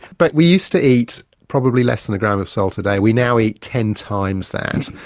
but we used to eat probably less than a gram of salt a day. we now eat ten times that.